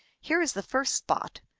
here is the first spot.